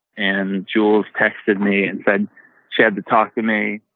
and jules texted me and said she had to talk to me.